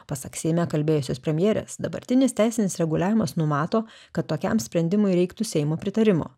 pasak seime kalbėjusios premjerės dabartinis teisinis reguliavimas numato kad tokiam sprendimui reiktų seimo pritarimo